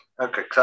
Okay